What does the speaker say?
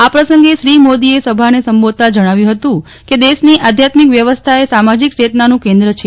આ પ્રસંગે શ્રી મોદીએ સભાને સંબોધતાં જણાવ્યું હતું કેદેશની આધ્યાત્મિક વ્યવસ્થાએ સામાજિક ચેતનાનું કેન્દ્ર છે